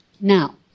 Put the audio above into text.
Now